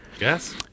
Yes